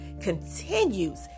continues